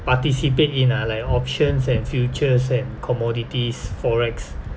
participate in ah like options and futures and commodities forex